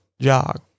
jog